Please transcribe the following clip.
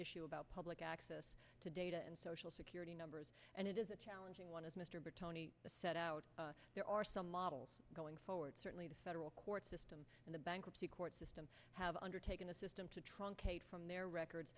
issue about public access to data and social security numbers and it is a challenging one as mr bertone set out there are some models going forward certainly the federal court system and the bankruptcy court system have undertaken a system to truncate from their records